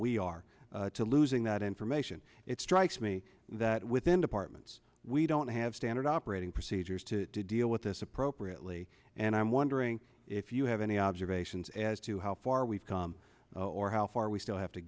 we are to losing that information it strikes me that within departments we don't have standard operating procedures to deal with this appropriately and i'm wondering if you have any observations as to how far we've come or how far we still have to